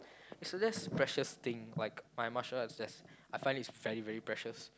I suggest precious thing like my martial arts that's I find it's very very precious